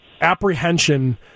apprehension